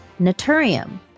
Naturium